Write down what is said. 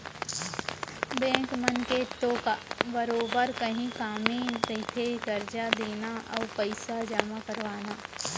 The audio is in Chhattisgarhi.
बेंक मन के तो बरोबर इहीं कामे रहिथे करजा देना अउ पइसा जमा करवाना